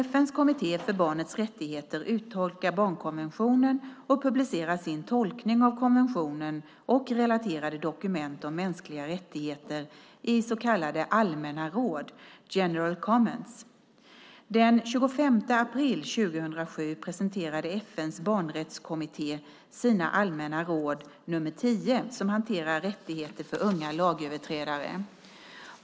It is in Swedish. FN:s kommitté för barnets rättigheter uttolkar barnkonventionen och publicerar sin tolkning av konventionen och relaterade dokument om mänskliga rättigheter i så kallade allmänna råd . Den 25 april 2007 presenterade FN:s barnrättskommitté sina allmänna råd nummer tio som hanterar rättigheter för unga lagöverträdare.